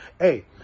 hey